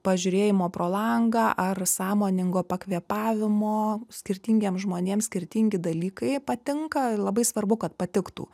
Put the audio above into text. pažiūrėjimo pro langą ar sąmoningo pakvėpavimo skirtingiems žmonėms skirtingi dalykai patinka labai svarbu kad patiktų